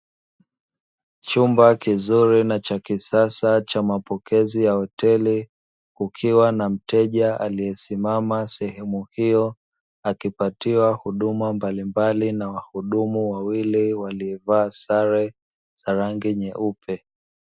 Chumba kizuri na cha kisasa cha mapokezi ya hoteli, kukiwa na mteja aliyesimama sehemu hiyo, akipatiwa huduma mbalimbali na wahudumu wawili waliovaa sare za rangi nyeupe.